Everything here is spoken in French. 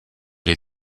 les